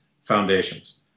foundations